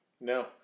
No